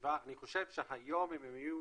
אני חושב שאם הם היו